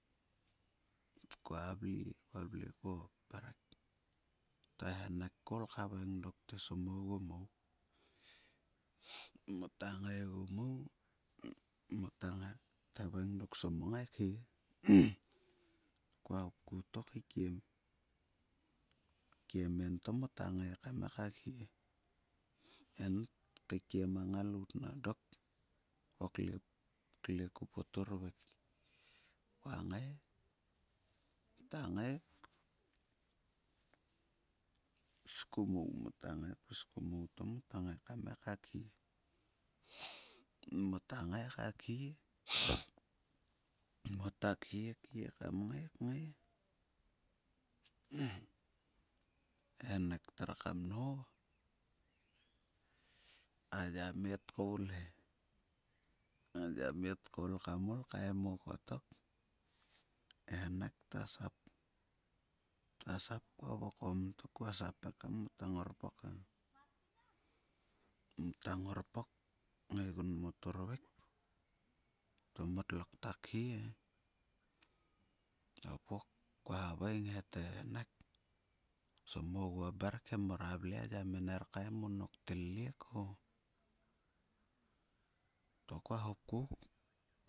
Kua vle kua vle kua kou mrek toe henek tkoul lehaveing dok te samuo ogu ogu maou. Mota ngai gu mou. Mota ngai gu mou. Toâ thaveing dok, "somuo nagai khie." ko hopku to keikiem. Keikiem en to mota ngai kam ngai. Ka khie. En tkakiem a ngalaut nang dok ko kle ku ptruvik. Kua ngai, kta nga kpis ku mou. Pis ku mou to ma ngai kam khie. Mota ngai ka khie. Mota khie, khie kam ngai kngai. E henek tre kam nho. A yamme tkoul he. A yamme tkoul kam o kaim mou kottok e henek ta stap. T a sap kua vokom tok kua sap ekam. Mota ngorpok ngaigun mo turvuk to motlo kta khie e. Kua haveing he,"henek somuo ogua mrek he, mora vle a yamme ner kaim mou. Nok tilliek o". To kua hopku.